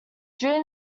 during